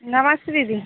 नमस्ते दीदी